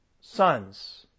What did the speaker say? sons